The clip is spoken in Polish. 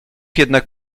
jednak